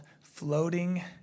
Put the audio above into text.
floating